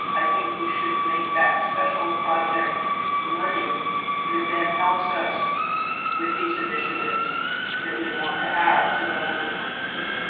i think we should make that special project money that then helps us with these initiatives that we want to have to level the playing field.